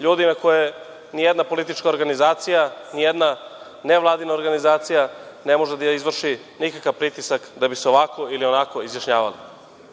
ljudi na koje nijedna politička organizacija, ni jedna nevladina organizacija ne može da izvrši nikakav pritisak da bi se ovako ili onako izjašnjavali. Slušao